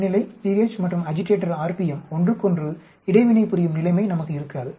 வெப்பநிலை pH மற்றும் agitator r p m ஒன்றுக்கொன்று இடைவினை புரியும் நிலைமை நமக்கு இருக்காது